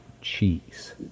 cheese